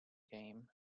game